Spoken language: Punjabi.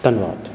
ਧੰਨਵਾਦ